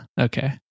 okay